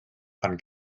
pan